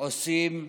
עושים בשבילן.